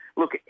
Look